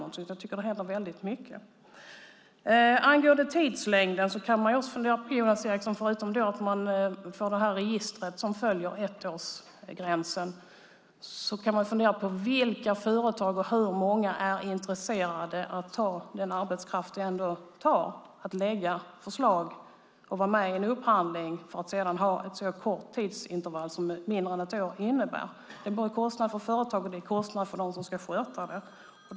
I stället tycker jag att väldigt mycket händer. Angående tidslängden kan man, Jonas Eriksson, förutom att man får registret som följer ettårsgränsen fundera på vilka företag och på hur många som är intresserade av att ha den arbetskraft som ändå behövs för att lägga fram förslag och vara med i en upphandling för att sedan ha ett så kort tidsintervall som mindre än ett år innebär. Det blir en kostnad för företagen och en kostnad för dem som ska sköta detta.